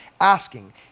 Asking